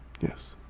Yes